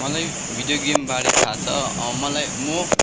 मलाई भिडियो गेमबारे थाहा छ मलाई म